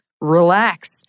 relax